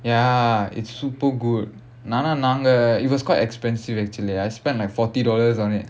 ya it's super good நானும் நாங்க:naanum naanga it was quite expensive actually I spend like forty dollars on it